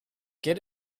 get